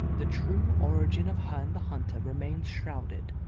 the true origin of herne the hunter remains shrouded,